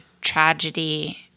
tragedy